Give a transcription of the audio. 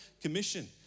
commission